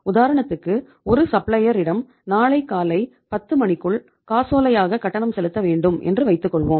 உதாரணத்துக்கு ஒரு சப்ளையர் இடம் நாளை காலை பத்து மணிக்குள் காசோலையாக கட்டணம் செலுத்த வேண்டும் என்று வைத்துக்கொள்வோம்